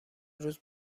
روز